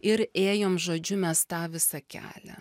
ir ėjom žodžiu mes tą visą kelią